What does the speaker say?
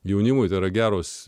jaunimui tėra geros